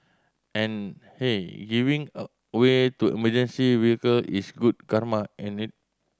and hey giving a way to emergency vehicle is good karma ain't it